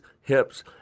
hips